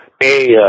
Hey